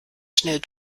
schnell